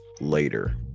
later